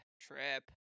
trip